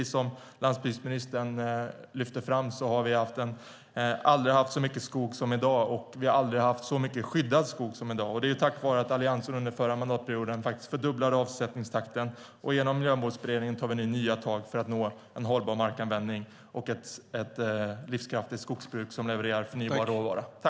Som landsbygdsministern framhöll har vi aldrig haft så mycket skog som i dag, och vi har aldrig haft så mycket skyddad skog som i dag. Det är tack vare att Alliansen under den förra mandatperioden fördubblade avsättningstakten. Genom Miljömålsberedningen tar vi nu nya tag för att nå en hållbar markanvändning och ett livskraftigt skogsbruk som levererar förnybar råvara.